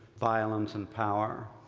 violence, and power.